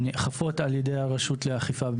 הן נאכפות על ידי הרשות לאכיפה.